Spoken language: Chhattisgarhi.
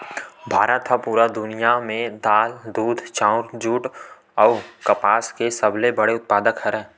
भारत हा पूरा दुनिया में दाल, दूध, चाउर, जुट अउ कपास के सबसे बड़े उत्पादक हरे